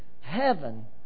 heaven